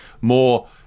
more